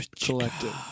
Collective